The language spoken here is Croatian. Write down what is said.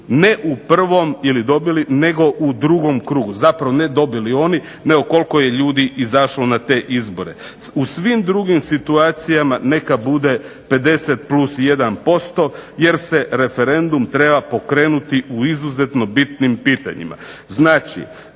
ne u prvom, ili dobili, nego u drugom krugu. Zapravo ne dobili oni nego koliko je ljudi izašlo na te izbore. U svim drugim situacijama neka bude 50% +1 jer se referendum treba pokrenuti u izuzetno bitnim pitanjima.